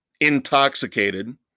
Intoxicated